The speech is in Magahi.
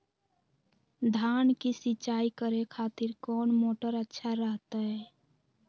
धान की सिंचाई करे खातिर कौन मोटर अच्छा रहतय?